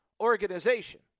organization